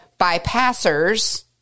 bypassers